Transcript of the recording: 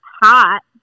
hot